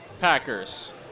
Packers